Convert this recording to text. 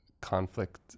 conflict